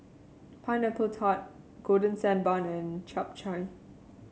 Pineapple Tart Golden Sand Bun and Chap Chai